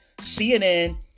CNN